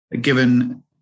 given